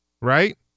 Right